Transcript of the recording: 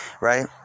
Right